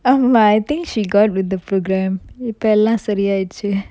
um I think she got with the program இப்ப எல்லாம் சரி ஆயிடுச்சி:ippa ellam sari aayiduchi